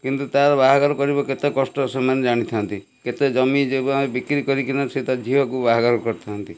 କିନ୍ତୁ ତା'ର ବାହାଘର କରିବ କେତେ କଷ୍ଟ ସେମାନେ ଜାଣି ଥାଆନ୍ତି କେତେ ଜମିଜୁମା ବିକ୍ରି କରିକିନା ସେ ତା' ଝିଅକୁ ବାହାଘର କରିଥାଆନ୍ତି